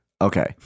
Okay